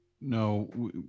No